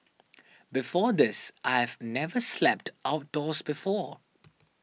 before this I've never slept outdoors before